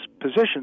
position